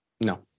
no